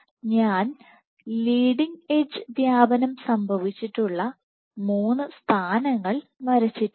ഞാൻ leading edge വ്യാപനം സംഭവിച്ചിട്ടുള്ള മൂന്ന് സ്ഥാനങ്ങൾ വരച്ചിട്ടുണ്ട്